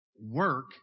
work